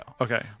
okay